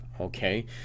okay